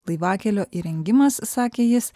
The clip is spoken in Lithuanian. laivakelio įrengimas sakė jis